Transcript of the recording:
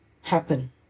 happen